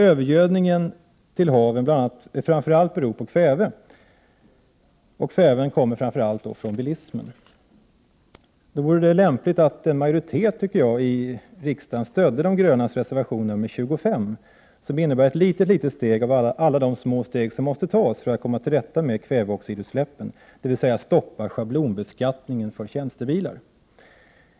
Övergödningen i havet beror framför allt på kvävet, och kvävet kommer främst från bilismen. Jag tycker det vore lämpligt att en riksdagsmajoritet gav sitt stöd åt de grönas reservation nr 25, som innebär ett litet steg av alla de små steg som måste tas för att komma till rätta med kväveoxidutsläppen, dvs. stoppa schablonbeskattningen för tjänstebilar.